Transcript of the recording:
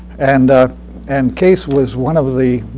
and and case was one of the